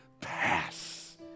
pass